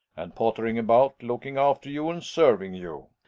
and pottering about, looking after you and serving you.